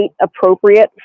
appropriate